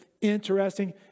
interesting